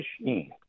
machine